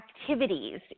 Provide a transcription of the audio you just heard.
activities